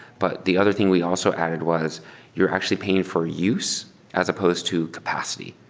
but the other thing we also added was you're actually paying for use as supposed to capacity.